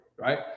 Right